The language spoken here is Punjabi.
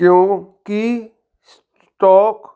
ਕਿਉਂਕਿ ਸਟਾਕ